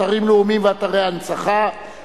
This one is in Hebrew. אתרים לאומיים ואתרי הנצחה(תיקון,